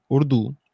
Urdu